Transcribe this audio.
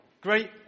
Great